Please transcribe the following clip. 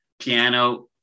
piano